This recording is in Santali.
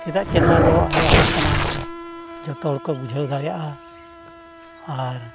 ᱪᱮᱫᱟᱜ ᱪᱮ ᱱᱚᱣᱟ ᱫᱚ ᱟᱭᱳ ᱟᱲᱟᱝ ᱠᱟᱱᱟ ᱡᱚᱛᱚ ᱦᱚᱲ ᱠᱚ ᱵᱩᱡᱷᱟᱹᱣ ᱫᱟᱲᱮᱭᱟᱜᱼᱟ ᱟᱨ